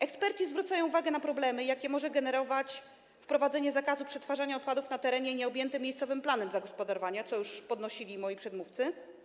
Eksperci zwracają uwagę na problemy, jakie może generować wprowadzenie zakazu przetwarzania odpadów na terenie nieobjętym miejscowym planem zagospodarowania, co już podnosili moi przedmówcy.